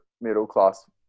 middle-class